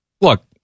Look